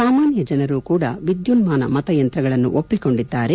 ಸಾಮಾನ್ಯ ಜನರು ಕೂಡಾ ವಿದ್ಯುನ್ಮಾನ ಮತಯಂತ್ರಗಳನ್ನು ಒಪ್ಪಿಕೊಂಡಿದ್ದಾರೆ